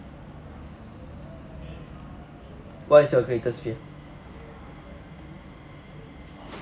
what is your greatest fear